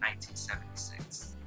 1976